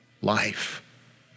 life